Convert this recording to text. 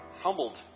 humbled